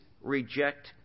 reject